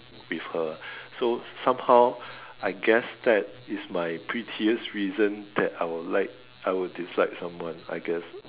with her so somehow I guess that is my pettiest reason that I would like I would dislike someone I guess